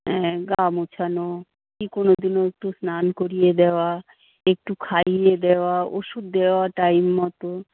হ্যাঁ গা মোছানো কি কোনোদিনও একটু স্নান করিয়ে দেওয়া একটু খাইয়ে দেওয়া ওষুধ দেওয়া টাইম মতো